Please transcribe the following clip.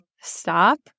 stop